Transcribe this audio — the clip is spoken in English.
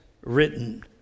written